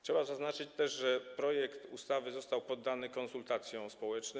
Trzeba zaznaczyć też, że projekt ustawy został poddany konsultacjom społecznym.